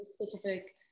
specific